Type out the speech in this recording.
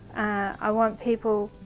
i want people,